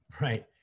Right